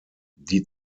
die